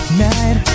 night